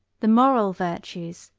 the moral virtues,